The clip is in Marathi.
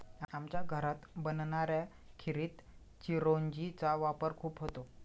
आमच्या घरात बनणाऱ्या खिरीत चिरौंजी चा वापर खूप होतो